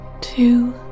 two